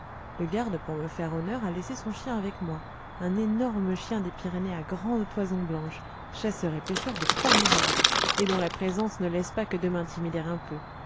le garde pour me faire honneur a laissé son chien avec moi un énorme chien des pyrénées à grande toison blanche chasseur et pêcheur de premier ordre et dont la présence ne laisse pas que de m'intimider un peu